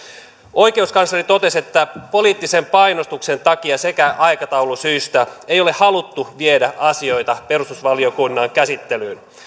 oikeuskansleri totesi että poliittisen painostuksen takia sekä aikataulusyistä ei ole haluttu viedä asioita perustuslakivaliokunnan käsittelyyn